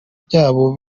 byabo